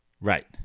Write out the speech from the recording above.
Right